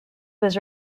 was